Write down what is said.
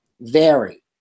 vary